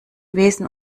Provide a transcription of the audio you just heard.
besen